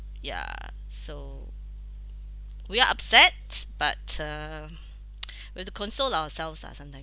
ya so we are upset but uh we have to console ourselves lah sometimes